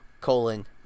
colon